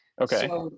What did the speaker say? Okay